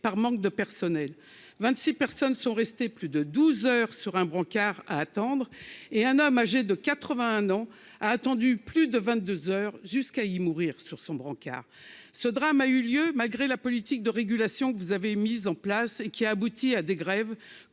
par manque de personnel, 26 personnes sont restées plus de 12 heures sur un brancard à attendre, et un homme âgé de 81 ans a attendu plus de 22 heures jusqu'à y mourir sur son brancard, ce drame a eu lieu malgré la politique de régulation que vous avez mis en place et qui a abouti à des grèves